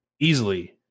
easily